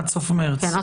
עד סוף מרץ.